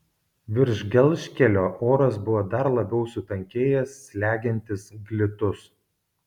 virš gelžkelio oras buvo dar labiau sutankėjęs slegiantis glitus